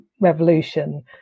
revolution